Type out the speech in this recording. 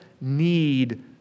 need